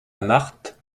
marthe